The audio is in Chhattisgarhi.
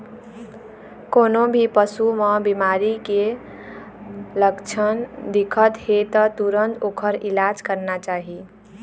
कोनो भी पशु म बिमारी के लक्छन दिखत हे त तुरत ओखर इलाज करना चाही